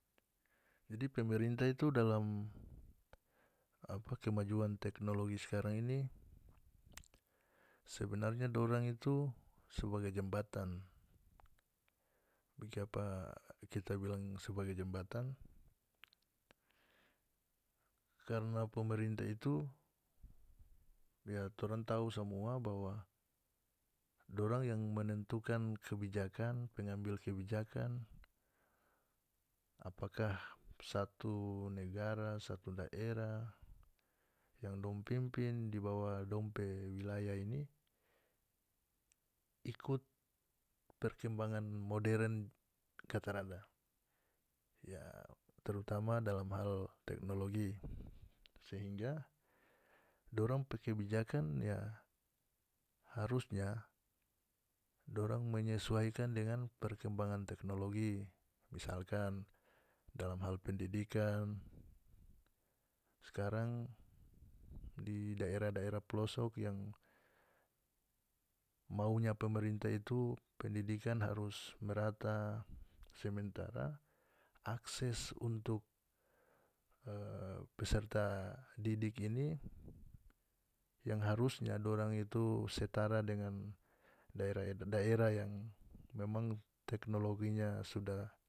Jadi pemerintah itu dalam kemajuan teknologi skarang ini sebenarnya dorang itu sebagai jembatan bikiapa kita bilang sebagai jembatan karna pemerintah itu ya torang samua bahwa dorang yang menentukan kebijakan pengambil kebijakan apakah satu negara satu daerah yang dong pimpin di bawah dong pe wilayah ini ikut perkembangan modern katarada ya terutama dalam hal teknologi sehingga dorang pe kebijakan ya harusnya dorang menyesuaikan dengan perkembangan teknologi misalkan dalam hal pendidikan skarang di daerah-daerah pelosok yang maunya pemerintah itu pendidikan harus merata sementara akses untuk e peserta didik ini yang harusnya dorang itu setara dengan daerah daerah yang memang teknologinya sudah.